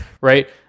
Right